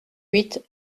huit